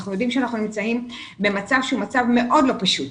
אנחנו יודעים שאנחנו במצב לא פשוט,